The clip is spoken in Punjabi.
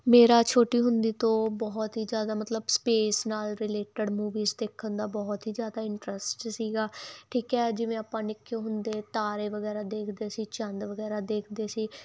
ਮੇਰਾ ਛੋਟੀ ਹੁੰਦੀ ਤੋਂ ਬਹੁਤ ਹੀ ਜਿਆਦਾ ਮਤਲਬ ਸਪੇਸ ਨਾਲ ਰਿਲੇਟਡ ਮੂਵੀਜ ਦੇਖਣ ਦਾ ਬਹੁਤ ਹੀ ਜਿਆਦਾ ਇੰਟਰਸਟ ਸੀਗਾ ਠੀਕ ਹ ਜਿਵੇਂ ਆਪਾਂ ਨਿੱਕੇ ਹੁੰਦੇ ਤਾਰੇ ਵਗੈਰਾ ਦੇਖਦੇ ਸੀ ਚੰਦ ਵਗੈਰਾ ਦੇਖਦੇ ਸੀ